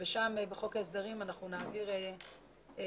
ושם בחוק ההסדרים אנחנו נעביר שינוי